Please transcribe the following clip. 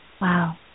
Wow